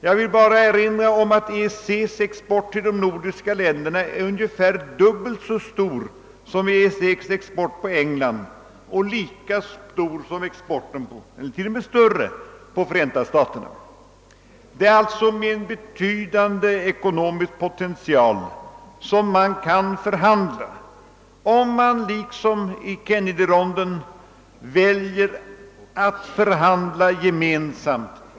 Jag vill bara erinra om att EEC:s export till de nordiska länderna är ungefär dubbelt så stor som EEC:s export till England och lika stor som eller t.o.m. större än EEC:s export till Förenta staterna. Det är alltså med en betydande ekonomisk potential som de nordiska länderna kan förhandla, om de liksom i Kennedyronden väljer att uppträda gemensamt.